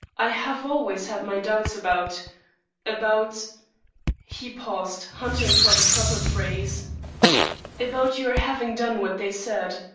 i have always had my doubts about about he paused, hunting for the proper phrase about your having done what they said,